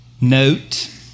note